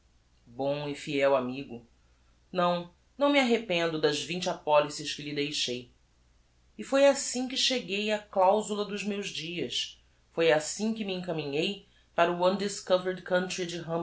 bom e fiel amigo não não me arrependo das vinte apolices que lhe deixei e foi assim que cheguei á clausula dos meus dias foi assim que me encaminhei para o